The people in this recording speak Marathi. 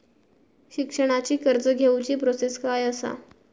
शिक्षणाची कर्ज घेऊची प्रोसेस काय असा?